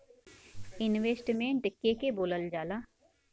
Investment के के बोलल जा ला?